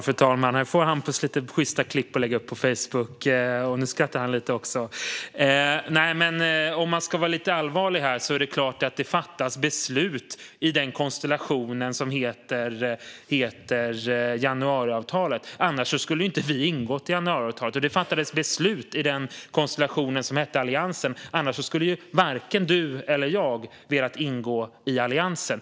Fru talman! Här får Hampus några sjysta klipp att lägga upp på Facebook - nu skrattar han lite också! Om jag ska vara lite allvarlig vill jag säga att det är klart att det fattas beslut i den konstellation som heter januariavtalet. Annars skulle vi inte ha ingått i januariavtalet. Det fattades beslut i den konstellation som hette Alliansen. Annars skulle varken du, Hampus Hagman, eller jag ha velat ingå i Alliansen.